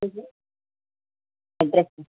అడ్ర address